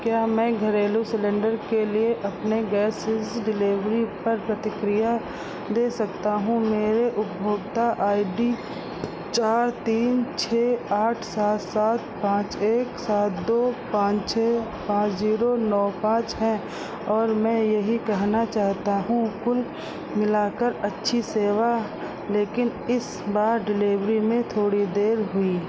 क्या मैं घरेलू सिलिंडर के लिए अपने गैसेज डिलीवरी पर प्रतिक्रिया दे सकता हूँ मेरा उपभोक्ता आई डी चार तीन छः आठ सात सात पाँच एक सात दो पाँच छः पाँच जीरो नौ पाँच है और मैं यही कहना चाहता हूँ कुल मिलाकर अच्छी सेवा लेकिन इस बार डिलीवरी में थोड़ी देरी हुई